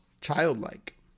childlike